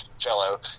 fellow